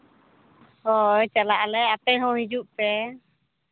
ᱦᱳᱭ ᱪᱟᱞᱟᱜ ᱟᱞᱮ ᱟᱯᱮ ᱦᱚᱸ ᱦᱤᱡᱩᱜ ᱯᱮ